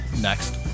next